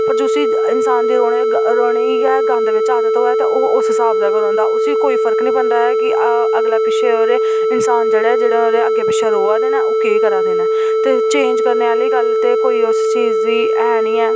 पर जिस इंसान दी रौह्ने गी रौह्ने गी गै गंद बिच्च आदत होऐ ते ओह् उस स्हाब गै रौंह्दा ऐ उसी कोई फर्क नी पौंदा ऐ कि अगला पिच्छै ओह्दे इंसान जेह्ड़े जेह्ड़े ओह्दे अग्गें पिच्छै रोहै दे न ओह केह् करा दे न ते चेंज करने आह्ली गल्ल ते कोई उस चीज दी ऐ नी ऐ